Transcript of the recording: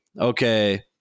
okay